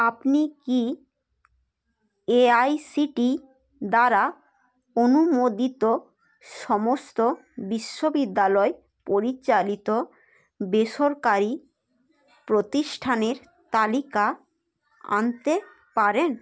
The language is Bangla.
আপনি কি এআইসিটিই দ্বারা অনুমোদিত সমস্ত বিশ্ববিদ্যালয় পরিচালিত বেসরকারি প্রতিষ্ঠানের তালিকা আনতে পারেন